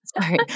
Sorry